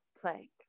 plank